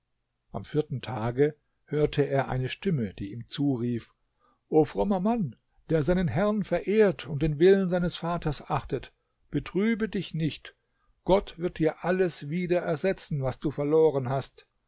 am vierten tage hörte er eine stimme die ihm zurief o frommer mann der seinen herrn verehrt und den willen seines vaters achtet betrübe dich nicht gott wird dir alles wieder ersetzen was du verloren hast